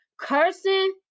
cursing